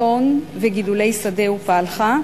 צאן וגידולי שדה ופלחה.